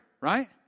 right